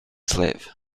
slave